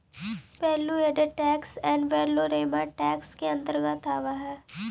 value added tax ad valorem tax के अंतर्गत आवऽ हई